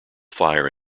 fire